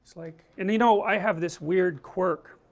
so like and you know, i have this weird quirk